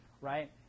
right